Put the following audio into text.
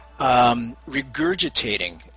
regurgitating